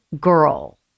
girl